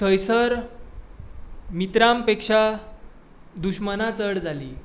थंयसर मित्रां पेक्षा दुस्मानां चड जालीं